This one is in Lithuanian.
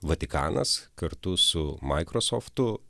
vatikanas kartu su maikrosoftu